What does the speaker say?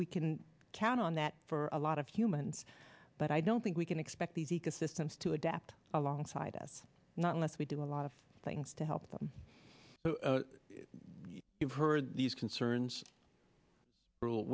we can count on that for a lot of humans but i don't think we can expect these ecosystems to adapt alongside us not unless we do a lot of things to help them you've heard these concerns